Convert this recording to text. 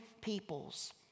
peoples